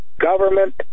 government